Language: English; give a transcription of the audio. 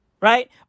Right